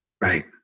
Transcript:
Right